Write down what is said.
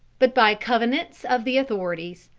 but by connivance of the authorities,